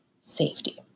safety